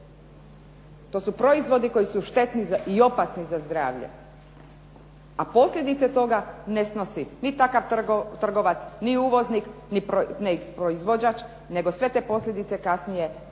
To su proizvodi koji su štetni i opasni za zdravlje, a posljedice toga ne snosi ni takav trgovac, ni uvoznik, ni proizvođač, nego sve te posljedice kasnije padaju